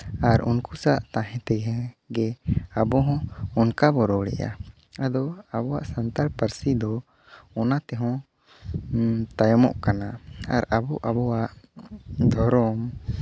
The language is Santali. ᱟᱨ ᱩᱱᱠᱩ ᱥᱟᱜ ᱛᱟᱦᱮᱸ ᱛᱮᱦᱚᱸ ᱜᱮ ᱟᱵᱚ ᱦᱚᱸ ᱚᱱᱠᱟ ᱵᱚ ᱨᱚᱲ ᱮᱜᱼᱟ ᱟᱫᱚ ᱟᱵᱚᱣᱟᱜ ᱥᱟᱱᱛᱟᱲ ᱯᱟᱹᱨᱥᱤ ᱫᱚ ᱚᱱᱟ ᱛᱮᱦᱚᱸ ᱛᱟᱭᱚᱢᱚᱜ ᱠᱟᱱᱟ ᱟᱨ ᱟᱵᱚ ᱟᱵᱚᱣᱟᱜ ᱫᱷᱚᱨᱚᱢ